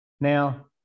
Now